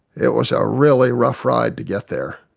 it was a really rough ride to get there.